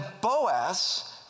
Boaz